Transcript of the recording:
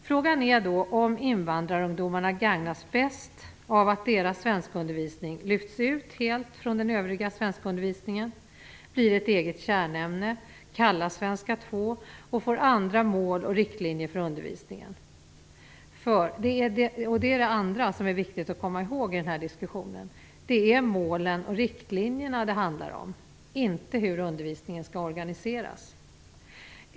Frågan är då om invandrarungdomarna gagnas bäst av att deras svenskundervisning lyfts ut helt från den övriga svenskundervisningen, blir ett eget kärnämne, kallas svenska 2 och får andra mål och riktlinjer för undervisningen. Det andra som är viktigt att komma ihåg i den här diskussionen är att det är målen och riktlinjerna det handlar om, inte hur undervisningen skall organiseras.